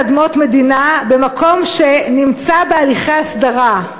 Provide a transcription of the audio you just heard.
אדמות מדינה במקום שנמצא בהליכי הסדרה?